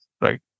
Right